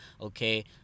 okay